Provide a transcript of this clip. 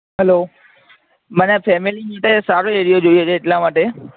hello મારે ફૅમિલીની રીતે સારો એરિયો જોઈએ છે એટલાં માટે